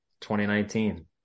2019